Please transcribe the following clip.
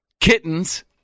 kittens